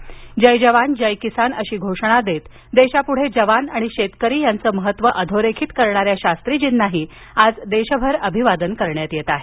जय जवान जय किसान अशी घोषणा देत देशापुढे जवान आणि शेतकरी यांचं महत्त्व अधोरेखित करणाऱ्या शास्त्रीजींना आज अभिवादन करण्यात येत आहे